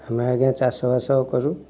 ଆମେ ଆଜ୍ଞା ଚାଷବାସ କରୁ